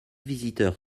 visiteur